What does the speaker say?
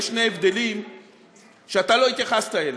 יש שני הבדלים שלא התייחסת אליהם,